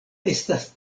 estas